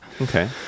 Okay